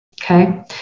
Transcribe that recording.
Okay